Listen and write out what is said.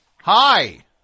Hi